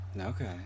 Okay